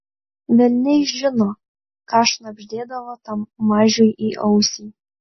velniai žino ką šnabždėdavo tam mažiui į ausį